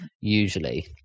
usually